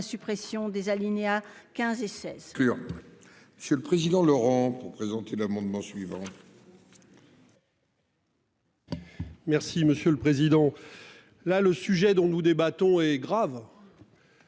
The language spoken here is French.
la suppression des alinéas 15 et 16.